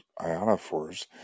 ionophores